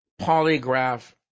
polygraph